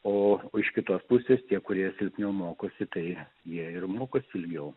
o iš kitos pusės tie kurie silpniau mokosi tai jie ir mokosi ilgiau